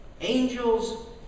Angels